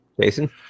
Jason